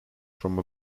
from